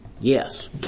Yes